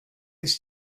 ist